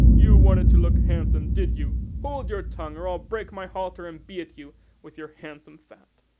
you wanted to look handsome, did you? hold your tongue, or i'll break my halter and be at you with your handsome fat!